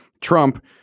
Trump